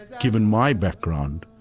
given my background,